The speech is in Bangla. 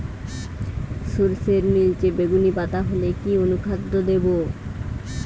সরর্ষের নিলচে বেগুনি পাতা হলে কি অনুখাদ্য দেবো?